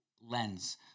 lens